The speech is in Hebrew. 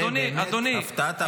זו באמת הפתעת ההפתעות.